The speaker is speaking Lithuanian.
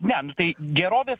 ne nu tai gerovės